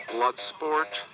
Bloodsport